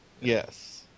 Yes